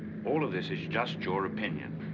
all of this is just your opinion.